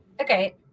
okay